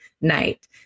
Night